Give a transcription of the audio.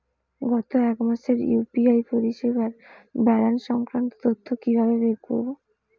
গত এক মাসের ইউ.পি.আই পরিষেবার ব্যালান্স সংক্রান্ত তথ্য কি কিভাবে বের করব?